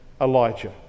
Elijah